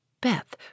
Beth